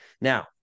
Now